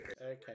Okay